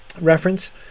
reference